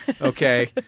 okay